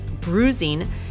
bruising